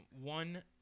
one